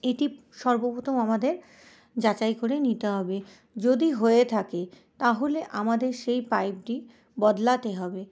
এটি সর্বপ্রথম আমাদের যাচাই করে নিতে হবে যদি হয়ে থাকে তাহলে আমাদের সেই পাইপটি বদলাতে হবে